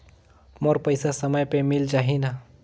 मोर पइसा समय पे मिल जाही न?